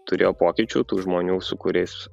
turėjo pokyčių tų žmonių su kuriais